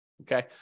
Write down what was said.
Okay